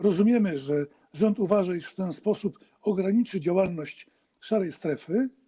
Rozumiemy, że rząd uważa, iż w ten sposób ograniczy działalność szarej strefy.